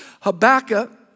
Habakkuk